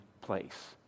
place